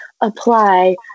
apply